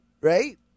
Right